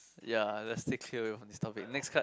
ya let's take straight away from this topic next card